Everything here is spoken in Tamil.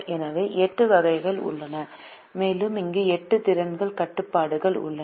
எனவே 8 வளைவுகள் உள்ளன மேலும் இங்கு 8 திறன் கட்டுப்பாடுகள் உள்ளன